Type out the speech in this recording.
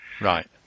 Right